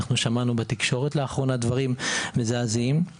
שמענו בתקשורת לאחרונה דברים מזעזעים.